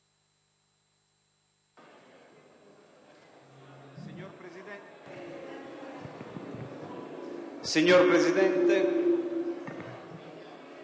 Signor Presidente,